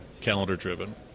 calendar-driven